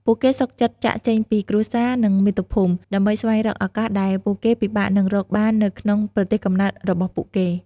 ពួកគេសុខចិត្តចាកចេញពីគ្រួសារ និងមាតុភូមិ ដើម្បីស្វែងរកឱកាសដែលពួកគេពិបាកនឹងរកបាននៅក្នុងប្រទេសកំណើតរបស់ពួកគេ។